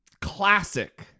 classic